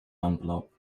envelope